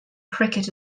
cricket